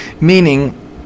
meaning